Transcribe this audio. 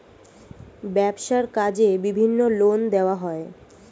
ব্যবসার কাজে বিভিন্ন লোন দেওয়া হয়